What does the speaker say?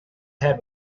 head